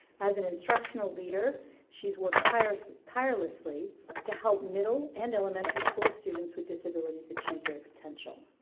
as an instructional leader she's worked tirelessly tirelessly to help middle and elementary school students with disabilities achieve their potential.